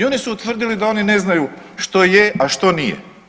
I oni su utvrdili da oni ne znaju što je, a što nije.